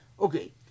Okay